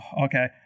okay